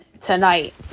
tonight